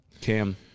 Cam